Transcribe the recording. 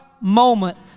moment